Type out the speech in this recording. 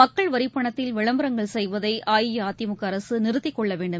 மக்கள் வரி பணத்தில் விளம்பரங்கள் செய்வதை அஇஅதிமுக அரசு நிறுத்திக்கொள்ளவேண்டும்